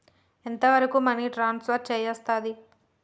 ఎంత వరకు money transfer చేయస్తది?